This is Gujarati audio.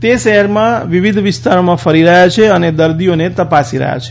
તે શહેરમાં વિવિધ વિસ્તારોમાં ફરી રહ્યાં છે અને દર્દીઓને તપાસી રહ્યાં છે